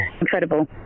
incredible